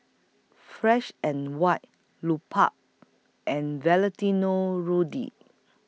Fresh and White Lupark and Valentino Rudy